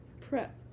prep